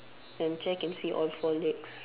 and the chair can see all four legs